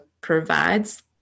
provides